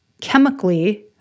chemically